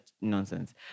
nonsense